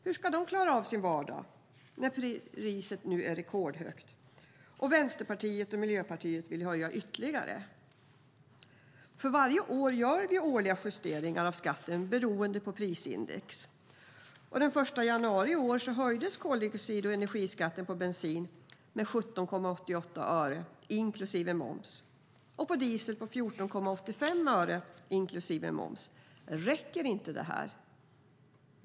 Hur ska de klara av sin vardag när priset nu är rekordhögt och när Vänstern och Miljöpartiet vill höja det ytterligare? Varje år gör vi justeringar av skatten beroende på prisindex. Den 1 januari i år höjdes koldioxid och energiskatten på bensin med 17,88 öre inklusive moms, och på diesel höjdes den med 14,85 öre inklusive moms. Räcker inte detta?